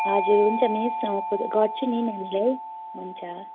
हजुर हुन्छ मिस गर्छु नि नानीलाई हुन्छ